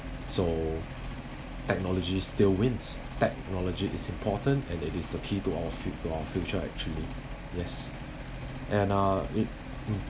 so technology still wins technology is important and it is the key to our fu~ to our future actually yes and uh it mm